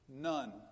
None